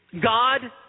God